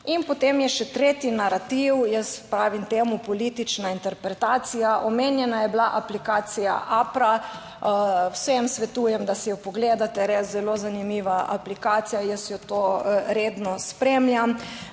In potem je še tretji narativ, jaz pravim temu politična interpretacija. Omenjena je bila aplikacija APRA. Vsem svetujem, da si jo pogledate, res zelo zanimiva aplikacija. Jaz jo to redno spremljam